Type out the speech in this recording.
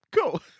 Cool